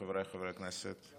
חבריי חברי הכנסת,